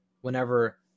whenever